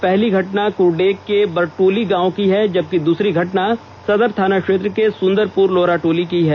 पहली घटना कुरडेग के बरटोली गांव की है जबकि दूसरी घटना सदर थानाक्षेत्र के सुंदरपुर लोहराटोली की है